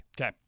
Okay